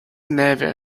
never